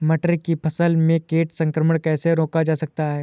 मटर की फसल में कीट संक्रमण कैसे रोका जा सकता है?